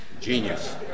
genius